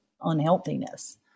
unhealthiness